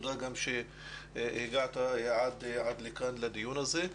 תודה גם שהגעת עד לכאן לדיון הזה.